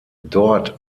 dort